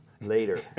Later